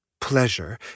pleasure